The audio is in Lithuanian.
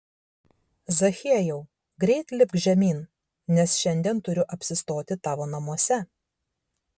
zachiejau greit lipk žemyn nes šiandien turiu apsistoti tavo namuose